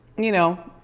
you know.